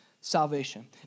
salvation